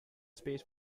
space